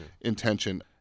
intention